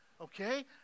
okay